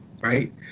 Right